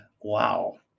wow